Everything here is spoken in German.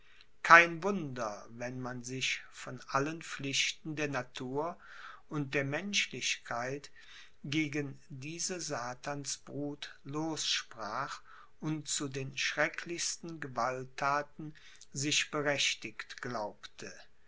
kein wunder wenn man sich von allen pflichten der natur und der menschlichkeit gegen diese satansbrut lossprach und zu den schrecklichsten gewalttaten sich berechtigt glaubte